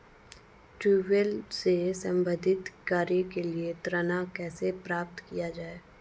Tubewell से संबंधित कार्य के लिए ऋण कैसे प्राप्त किया जाए?